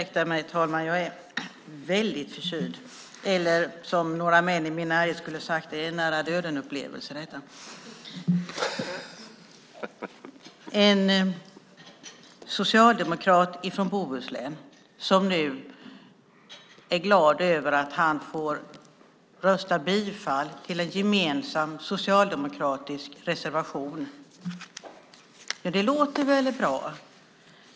Herr talman! En socialdemokrat från Bohuslän är glad över att han nu får yrka bifall till en gemensam socialdemokratisk reservation. Det låter väl bra.